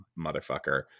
motherfucker